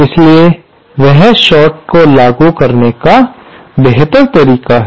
इसलिए वह शार्ट को लागू करने का बेहतर तरीका है